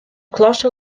klasse